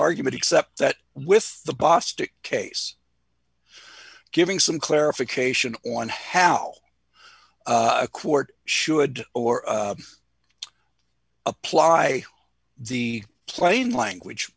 argument except that with the bostic case giving some clarification on how a court should or apply the plain language